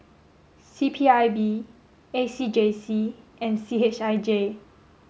C P I B A C J C and C H I J